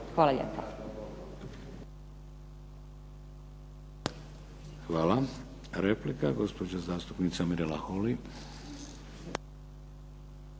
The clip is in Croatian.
(HDZ)** Hvala. Replika, gospođa zastupnica Mirela Holy.